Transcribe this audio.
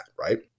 right